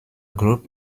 group